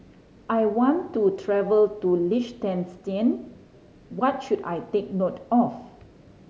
I want to travel to Liechtenstein what should I take note of